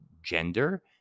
gender